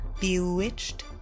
Bewitched